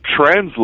Translate